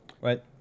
right